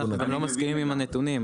אני גם לא מסכים עם הנתונים,